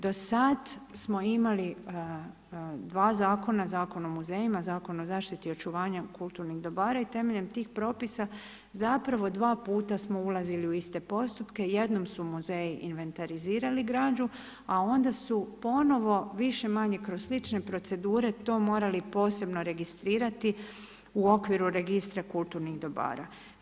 Do sad smo imali 2 zakona, Zakon o muzejima, Zakon o zaštiti i očuvanju kulturnih dobara i temeljem tih propisa zapravo 2 puta smo ulazili u iste postupke, jednom su muzeji inventarizirali građu, a onda su ponovo više-manje kroz slične procedure to morali posebno registrirati u okviru Registra kulturnih dobara.